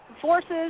forces